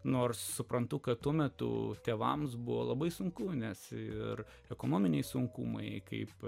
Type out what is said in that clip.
nors suprantu kad tuo metu tėvams buvo labai sunku nes ir ekonominiai sunkumai kaip